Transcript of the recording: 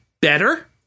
better